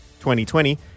2020